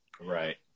Right